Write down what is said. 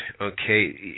okay